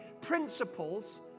principles